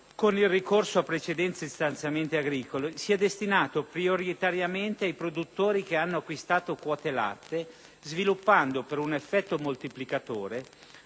con il ricorso a precedenti stanziamenti agricoli, sia destinato prioritariamente ai produttori che hanno acquistato quote latte, sviluppando, per un effetto moltiplicatore,